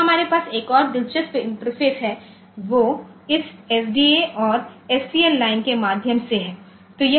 जो हमारे पास एक और दिलचस्प इंटरफ़ेस है वो इस एसडीए और एससीएल लाइन के माध्यम से है